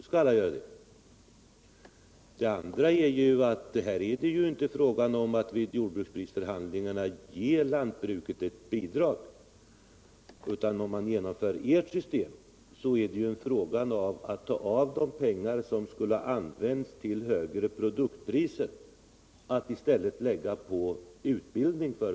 En annan sak är ju att det här inte är fråga om att vid jordbruksprisförhandlingarna ge lantbruket ett bidrag. Om man genomför ert system är det fråga om att ta av de pengar som skulle ha använts till högre produktionspriser och i stället lägga dem på utbildning.